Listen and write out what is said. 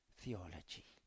theology